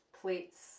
plates